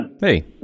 Hey